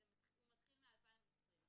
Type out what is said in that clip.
מתחיל ב-2020.